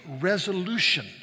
resolution